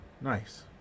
Nice